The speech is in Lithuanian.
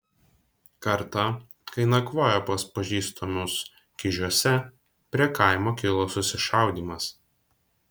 kartą kai nakvojo pas pažįstamus kižiuose prie kaimo kilo susišaudymas